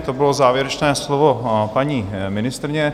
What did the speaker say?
To bylo závěrečné slovo paní ministryně.